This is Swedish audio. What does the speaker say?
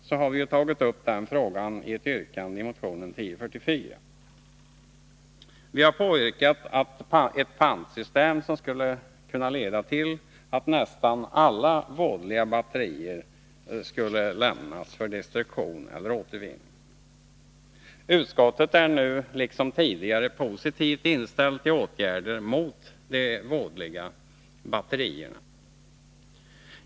Vi har tagit upp denna fråga i ett yrkande i motionen 1044. Vi har påyrkat ett pantsystem som skulle kunna leda till att nästan alla vådliga batterier skulle lämnas för destruktion eller återvinning. Utskottet är nu liksom tidigare positivt inställt till åtgärder mot de vådliga batterierna.